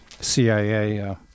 CIA